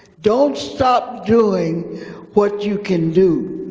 don't stop doing what you can do.